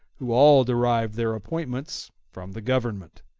who all derive their appointments from the government.